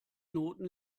noten